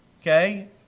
okay